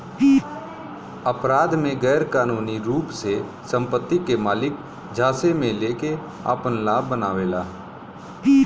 अपराध में गैरकानूनी रूप से संपत्ति के मालिक झांसे में लेके आपन लाभ बनावेला